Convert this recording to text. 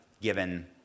given